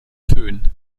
föhn